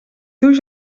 teus